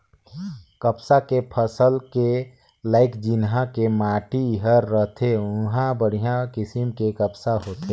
कपसा के फसल के लाइक जिन्हा के माटी हर रथे उंहा बड़िहा किसम के कपसा होथे